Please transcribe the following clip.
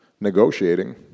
negotiating